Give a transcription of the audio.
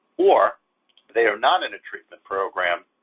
or they are not in a treatment program,